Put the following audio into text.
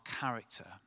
character